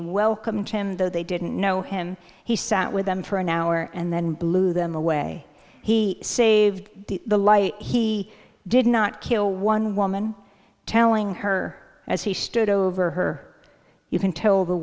welcomed him though they didn't know him he sat with them for an hour and then blew them away he saved the life he did not kill one woman telling her as he stood over her you can tell the